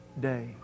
day